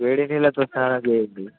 వేడి నీళ్ళతో స్నానం చేయండి